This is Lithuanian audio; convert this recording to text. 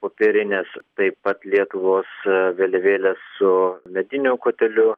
popierinės taip pat lietuvos vėliavėlės su mediniu koteliu